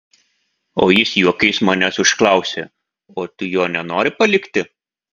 o jis juokais manęs užklausė o tu jo nenori palikti